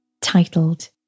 titled